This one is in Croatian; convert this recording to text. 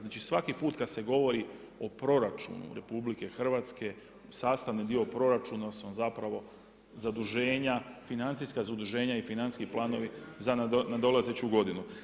Znači svaki put kada se govori o proračunu RH sastavni dio proračuna su vam zapravo zaduženja, financijska zaduženja i financijski planovi za nadolazeću godinu.